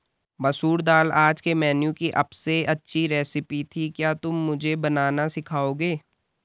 मसूर दाल आज के मेनू की अबसे अच्छी रेसिपी थी क्या तुम मुझे बनाना सिखाओंगे?